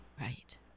Right